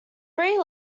three